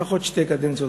לפחות שתי קדנציות,